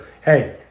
Hey